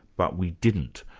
but we didn't,